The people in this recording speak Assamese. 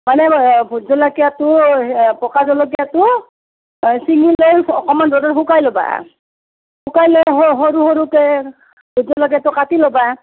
মানে ভোট জলকীয়াটো পকা জলকীয়াটো চিঙি লৈ অকণমান ৰ'দত শুকাই ল'বা শুকাই লৈ সৰু সৰুকৈ ভোট জলকীয়াটো কাটি ল'বা